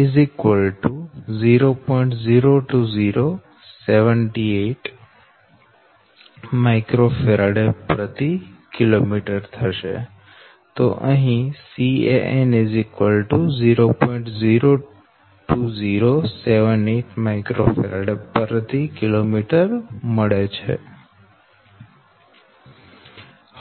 02078 µFkm